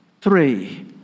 three